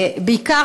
בעיקר,